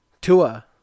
Tua